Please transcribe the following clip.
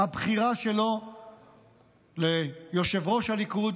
הבחירה שלו ליושב-ראש הליכוד,